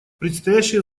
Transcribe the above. предстоящие